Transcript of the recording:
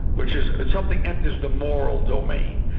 which is if something enters the moral domain.